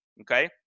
okay